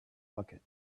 bucket